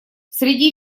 среди